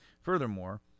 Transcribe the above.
Furthermore